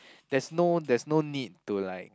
there's no there's no need to like